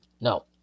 No